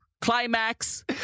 Climax